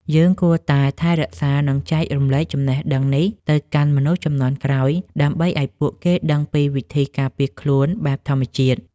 យើងគួរតែថែរក្សានិងចែករំលែកចំណេះដឹងនេះទៅកាន់មនុស្សជំនាន់ក្រោយដើម្បីឱ្យពួកគេដឹងពីវិធីការពារខ្លួនបែបធម្មជាតិ។